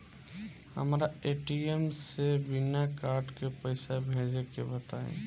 हमरा ए.टी.एम से बिना कार्ड के पईसा भेजे के बताई?